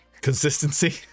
Consistency